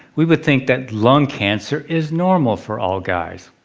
we would think that lung cancer is normal for all guys.